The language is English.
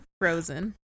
Frozen